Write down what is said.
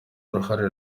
uruhare